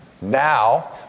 Now